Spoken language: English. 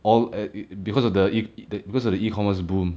all at because of the E because of the E-commerce boom